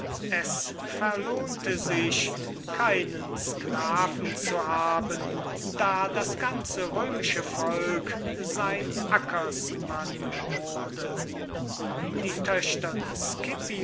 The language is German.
es verlohnte sich keinen sklaven zu haben da das römische volk sein ackersmann wurde die töchter des